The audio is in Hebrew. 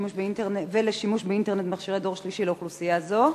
אס.אם.אס ולשימוש באינטרנט במכשירי דור שלישי לאוכלוסייה זאת?